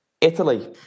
Italy